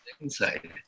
inside